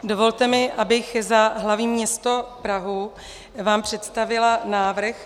Dovolte mi, abych za hlavní město Prahu vám představila návrh